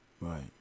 Right